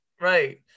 Right